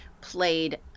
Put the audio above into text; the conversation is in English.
played